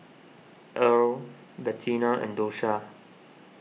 Earle Bettina and Dosha